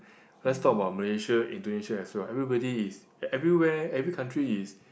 let's talk about Malaysia Indonesia as well everybody is everywhere every country is